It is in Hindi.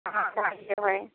हाँ ढाई सौ है